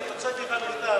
אבל אני הוצאתי כבר מכתב,